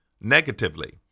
negatively